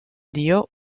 dio